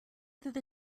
through